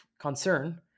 concern